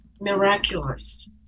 miraculous